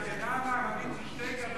חבר הכנסת כץ,